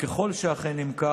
וככל שאכן הם כך,